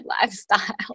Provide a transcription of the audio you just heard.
lifestyle